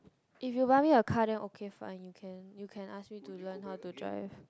if you buy me a car then okay fine you can you can ask me to learn how to drive